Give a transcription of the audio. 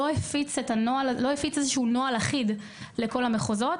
לא הפיץ נוהל אחיד לכל המחוזות.